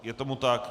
Je tomu tak.